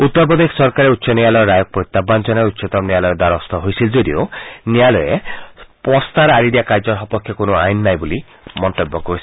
উত্তৰ প্ৰদেশ চৰকাৰে উচ্চ ন্যায়লয়ৰ ৰায়ক প্ৰত্যায়ান জনাই উচ্চতম ন্যায়ালয়ৰ দ্বাৰস্থ হৈছিল যদিও ন্যায়ালয়ে পষ্টাৰ আঁৰি দিয়া কাৰ্যৰ সপক্ষে কোনো আইন নাই বুলি মন্তব্য কৰিছিল